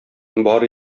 бар